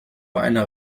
einer